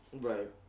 Right